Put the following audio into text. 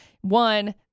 one